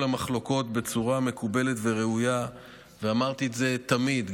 המחלוקות בצורה מקובלת וראויה ואמרתי את זה תמיד,